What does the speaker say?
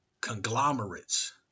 conglomerates